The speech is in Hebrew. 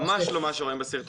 ממש לא מה שרואים בסרטונים,